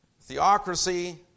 theocracy